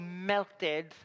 melted